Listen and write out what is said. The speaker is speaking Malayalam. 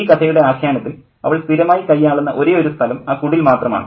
ഈ കഥയുടെ ആഖ്യാനത്തിൽ അവൾ സ്ഥിരമായി കയ്യാളുന്ന ഒരേയൊരു സ്ഥലം ആ കുടിൽ മാത്രമാണ്